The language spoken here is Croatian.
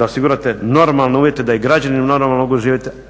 osigurate normalne uvjete da i građani mogu normalno živjeti